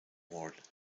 award